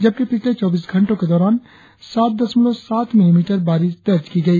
जबकि पिछले चौबीस घंटो के दौरान सात दशमलव सात मिलीलीटर बारिश दर्ज की गई